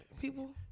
people